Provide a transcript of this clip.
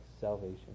salvation